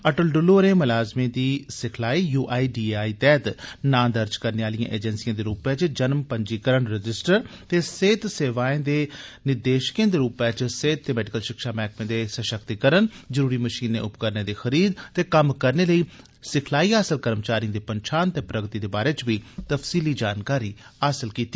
अटल डुल्लू होरें मलाजमें दी सिखलाई यूआईडीएआई तैह्त नां दर्ज करने आलिए एजेंसिए दे रूपे च जन्म पंजीकरण रजिस्टर ते सेह्त सेवाए दे निदेशकें दे रूपै च सेहृत ते मेडिकल शिक्षा मैह्कमे दे सशक्तिकरण जरूरती मशीनें उपकरणें दी खरीद ते कम्म करने लेई सिखलाई हासल कर्मचारिएं दी पंछान ते प्रगति दे बारे च बी तफसीली जानकारी हासल कीती